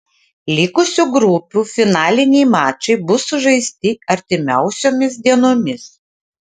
likusių grupių finaliniai mačai bus sužaisti artimiausiomis dienomis